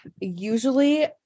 usually